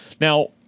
Now